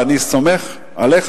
ואני סומך עליך,